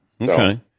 Okay